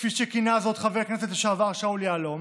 כפי שכינה זאת חבר הכנסת לשעבר שאול יהלום.